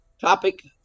topic